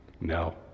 no